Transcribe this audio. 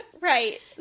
right